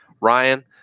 Ryan